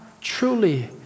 truly